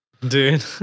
Dude